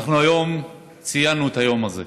היום ציינו את היום הזה.